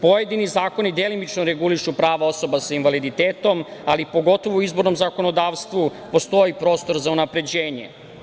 Pojedini zakoni delimično regulišu prava osoba sa invaliditetom, ali pogotovo u izbornom zakonodavstvu postoji prostor za unapređenje.